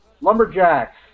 Lumberjacks